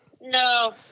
No